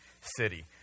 city